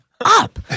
up